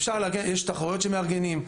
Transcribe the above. יש תחרויות שמארגנים,